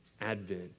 Advent